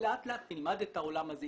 שלאט לאט נלמד את העולם הזה,